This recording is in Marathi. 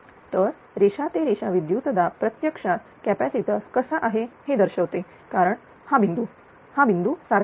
तर रेषा ते रेषा विद्युतदाब प्रत्यक्षात कॅपॅसिटर कसा आहे हे दर्शवते कारण हा बिंदू हा बिंदू सारखा आहे